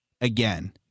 again